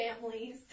families